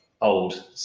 old